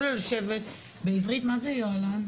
בעברית, מה זה יוהל”ם?